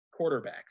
quarterbacks